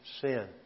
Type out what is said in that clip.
sin